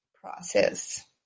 process